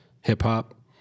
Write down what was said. hip-hop